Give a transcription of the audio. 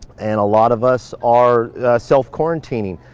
and a lot of us are self-quarantining.